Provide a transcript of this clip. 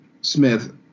Smith